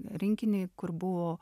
rinkinį kur buvo